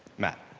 matt.